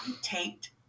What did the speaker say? taped